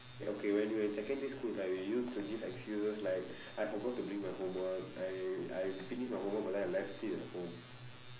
okay when we were in secondary school right we used to give excuses like I forgot to bring my homework I I finished my homework but then I left it at home